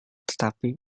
tetapi